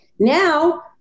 Now